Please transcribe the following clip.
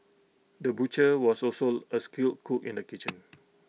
the butcher was also A skilled cook in the kitchen